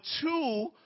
two